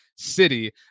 City